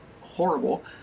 horrible